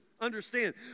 Understand